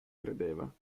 credeva